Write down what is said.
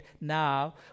now